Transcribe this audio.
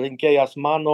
rinkėjas mano